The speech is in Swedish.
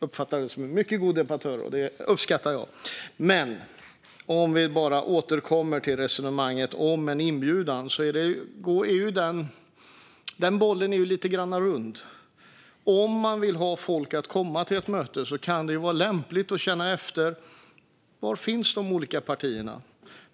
uppfattar honom som en mycket god debattör, något som jag uppskattar. Men om vi återkommer till resonemanget om en inbjudan är ju den bollen lite grann rund. Om man vill att folk ska komma till ett möte kan det vara lämpligt att känna efter: Var finns de olika partierna?